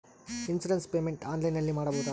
Insurance payment ಆನ್ಲೈನಿನಲ್ಲಿ ಮಾಡಬಹುದಾ?